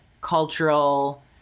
cultural